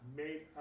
made